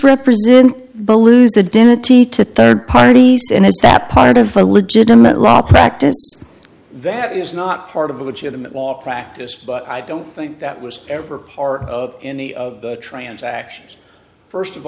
represent the lose the dignity to third party sin as that part of a legitimate law practice that is not part of a legitimate law practice but i don't think that was ever part of any of the transactions first of